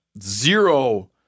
zero